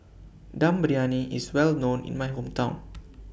Dum Briyani IS Well known in My Hometown